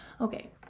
okay